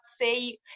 say